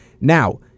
Now